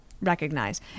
recognize